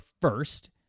first